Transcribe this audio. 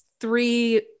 three